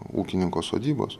ūkininko sodybos